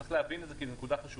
צריך להבין את זה, זאת נקודה חשובה.